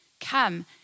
come